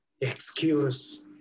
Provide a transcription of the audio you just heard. excuse